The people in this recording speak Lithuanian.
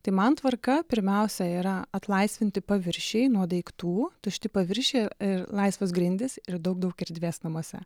tai man tvarka pirmiausia yra atlaisvinti paviršiai nuo daiktų tušti paviršiai ir laisvos grindys ir daug daug erdvės namuose